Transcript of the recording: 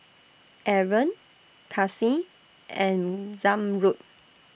Aaron Kasih and Zamrud